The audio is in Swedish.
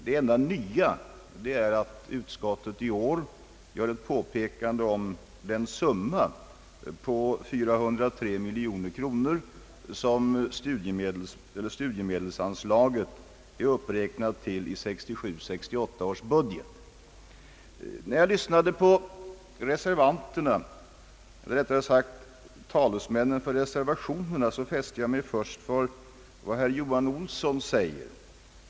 Det enda nya är att utskottet i år gör ett påpekande om den summa på 4093 miljoner kronor som studiemedelsanslaget är uppräknat till i 1967/68 års budget. När jag lyssnade på talesmännen för reservationerna fäste jag mig framför allt vid vad herr Johan Olsson yttrade.